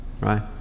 Right